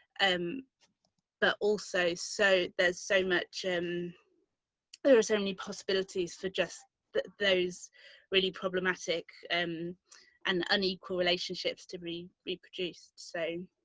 um but also so there's so much. um there are so many possibilities for just those really problematic and and unequal relationships to be reproduced, so.